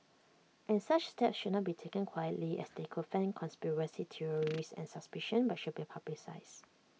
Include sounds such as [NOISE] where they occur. and such steps should not be taken quietly as they could fan conspiracy [NOISE] theories and suspicion but should be publicised